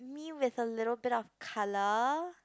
me with a little bit of colour